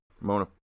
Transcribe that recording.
Mona